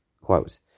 quote